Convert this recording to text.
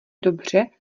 dobře